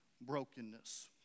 brokenness